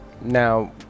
Now